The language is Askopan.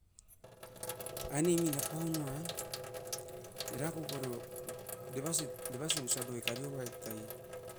Ainemin apaunuan erakoporio devasin osia kariovait tai.